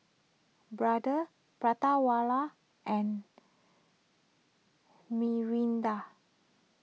Brother Prata Wala and Mirinda